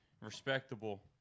Respectable